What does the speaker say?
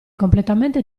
completamente